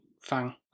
Fang